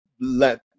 let